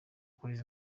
kuri